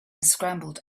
scrambled